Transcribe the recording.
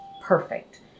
perfect